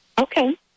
Okay